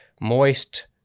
moist